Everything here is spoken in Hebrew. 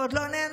ועוד לא נעניתי.